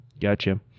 Gotcha